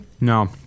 No